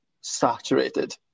saturated